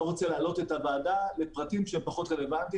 אני לא רוצה להלאות את הוועדה בפרטים שהם פחות רלוונטיים,